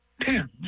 ten